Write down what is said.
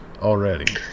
already